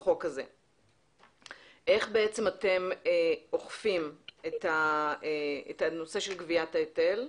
איך אתם אוכפים את הנושא של גביית ההיטל?